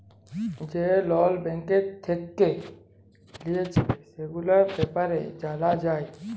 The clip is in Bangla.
যে লল ব্যাঙ্ক থেক্যে লিয়েছে, সেগুলার ব্যাপারে জালা যায়